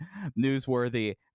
newsworthy